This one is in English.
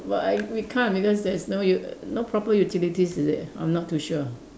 but I we can't because there's no you no proper utilities is it I'm not too sure